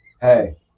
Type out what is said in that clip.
Hey